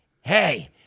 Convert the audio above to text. hey